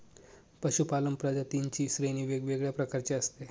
पशूपालन प्रजातींची श्रेणी वेगवेगळ्या प्रकारची असते